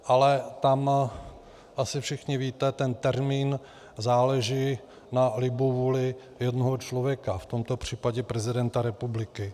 Ale tam, jak asi všichni víte, ten termín záleží na libovůli jednoho člověka, v tomto případě prezidenta republiky.